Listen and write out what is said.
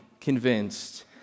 convinced